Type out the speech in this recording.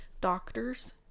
Doctors